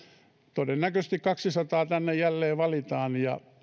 todennäköisesti kaksisataa tänne jälleen valitaan ja